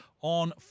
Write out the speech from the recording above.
on